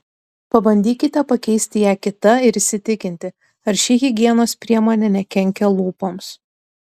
pabandykite pakeisti ją kita ir įsitikinti ar ši higienos priemonė nekenkia lūpoms